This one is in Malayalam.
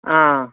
ആ